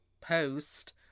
post